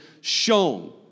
shown